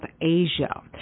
Asia